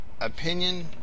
opinion